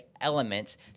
elements